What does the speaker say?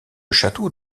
château